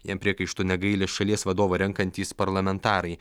jam priekaištų negaili šalies vadovą renkantys parlamentarai